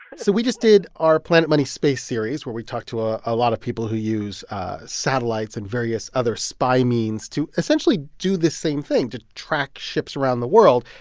so we just did our planet money space series where we talked to ah a lot of people who use satellites and various other spy means to essentially do the same thing, to track ships around the world.